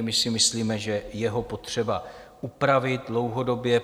My si myslíme, že je ho potřeba upravit dlouhodobě.